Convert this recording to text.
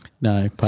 No